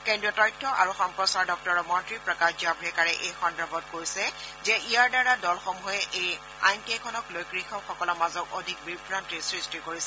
কেন্দ্ৰীয় তথ্য আৰু সম্প্ৰচাৰ দপ্তৰৰ মন্ত্ৰী প্ৰকাশ জাম্ৰেকাৰে এই সন্দৰ্ভত কৈছে যে ইয়াৰ দ্বাৰা দলসমূহে এই আইনকেইখনক লৈ কৃষকসকলৰ মাজত অধিক বিভ্ৰান্তিৰ সৃষ্টি কৰিছে